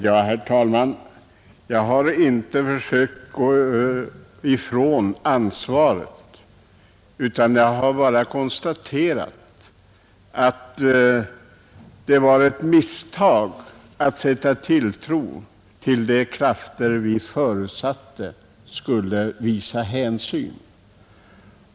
Herr talman! Jag har inte försökt dra mig från mitt ansvar utan bara konstaterat att det var ett misstag att sätta tilltro till de krafter som vi förutsatte skulle komma att visa hänsyn.